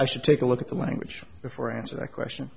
i should take a look at the language before i answer that question